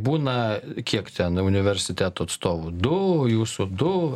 būna kiek ten universitetų atstovų du jūsų du